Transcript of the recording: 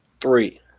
Three